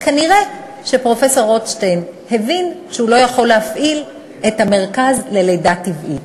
כנראה פרופסור רוטשטיין הבין שהוא לא יכול להפעיל את המרכז ללידה טבעית.